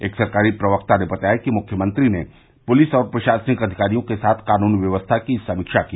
एक सरकारी प्रवक्ता ने बताया कि मुख्यमंत्री ने प्लिस और प्रशासनिक अधिकारियों के साथ कानून व्यवस्था की समीक्षा की